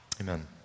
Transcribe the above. Amen